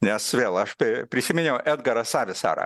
nes vėl aš tai prisiminiau edgarą savisarą